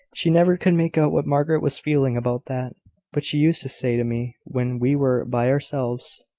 she never could make out what margaret was feeling about that but she used to say to me when we were by ourselves,